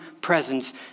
presence